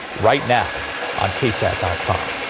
right now on ksat dot com.